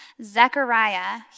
Zechariah